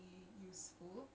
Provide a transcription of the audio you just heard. threads and stuff